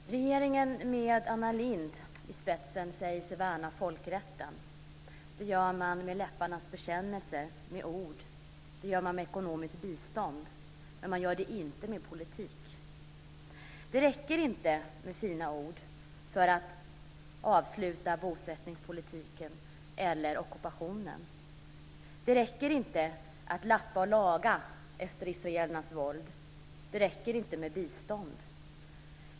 Fru talman! Regeringen med Anna Lindh i spetsen säger sig värna folkrätten. Det gör man med läpparnas bekännelse, med ord och ekonomiskt bistånd, men man gör det inte med politik. Det räcker inte med fina ord för att avsluta bosättningspolitiken eller ockupationen. Det räcker inte att lappa och laga efter israelernas våld. Det räcker inte med bistånd.